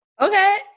okay